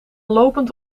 lopend